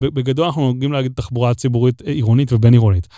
בגדול אנחנו נוהגים להגיד תחבורה ציבורית עירונית ובין עירונית.